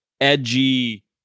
edgy